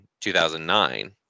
2009